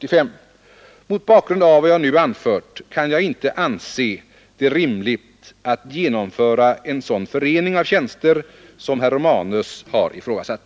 Mot bakgrund av vad jag nu anfört kan jag inte anse det rimligt att genomföra en sådan förening av tjänster som herr Romanus har ifrågasatt.